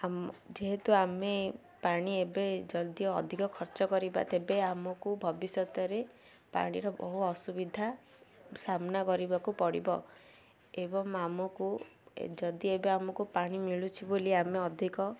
ଆମ ଯେହେତୁ ଆମେ ପାଣି ଏବେ ଯଦି ଅଧିକ ଖର୍ଚ୍ଚ କରିବା ତେବେ ଆମକୁ ଭବିଷ୍ୟତରେ ପାଣିର ବହୁ ଅସୁବିଧା ସାମ୍ନା କରିବାକୁ ପଡ଼ିବ ଏବଂ ଆମକୁ ଯଦି ଏବେ ଆମକୁ ପାଣି ମିଳୁଛି ବୋଲି ଆମେ ଅଧିକ